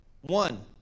one